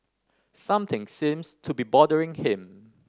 something seems to be bothering him